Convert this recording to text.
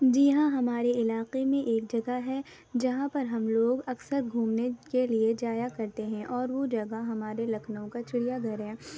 جی ہاں ہمارے علاقے میں ایک جگہ ہے جہاں پر ہم لوگ اکثر گھومنے کے لیے جایا کرتے ہیں اور وہ جگہ ہمارے لکھنؤ کا چڑیا گھر ہے